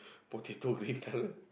potato green color